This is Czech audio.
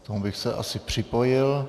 K tomu bych se asi připojil.